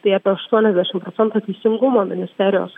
tai apie aštuoniasdešimt procentų teisingumo ministerijos